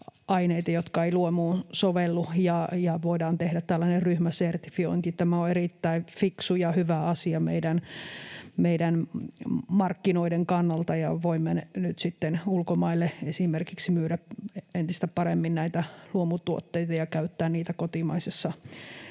jotka eivät luomuun sovellu — ja voidaan tehdä tällainen ryhmäsertifiointi. Tämä on erittäin fiksu ja hyvä asia meidän markkinoiden kannalta, ja voimme nyt sitten esimerkiksi myydä ulkomaille entistä paremmin näitä luomutuotteita ja käyttää niitä kotimaisessa